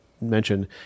mention